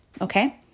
Okay